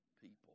people